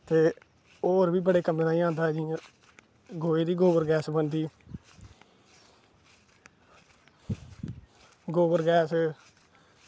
ते होर बी बड़े कम्में ताहीं आंदा ऐ गोहे दी गोवर गैस बनदी ऐ गोवर गैस